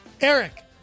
Eric